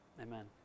Amen